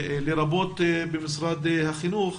לרבות במשרד החינוך,